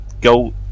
go